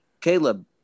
Caleb